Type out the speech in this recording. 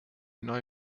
neue